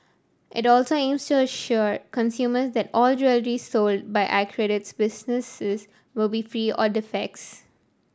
it also aims to assure consumers that all jewellery sold by accredited businesses will be free or defects